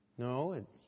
No